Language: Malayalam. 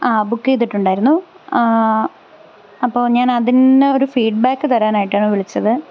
ആ ബുക്ക് ചെയ്തിട്ടുണ്ടായിരുന്നു അപ്പോൾ ഞാൻ അതിന് ഒരു ഫീഡ്ബാക്ക് തരാനായിട്ടാണ് വിളിച്ചത്